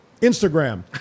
Instagram